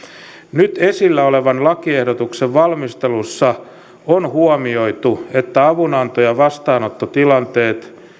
nyt esillä olevan lakiehdotuksen valmistelussa on huomioitu että avunanto ja vastaanottotilanteet